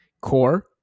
core